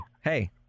hey